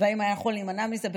האם היינו יכולים להימנע מזה?